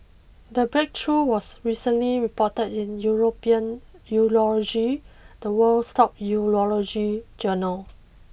the breakthrough was recently reported in European Urology the world's top Urology journal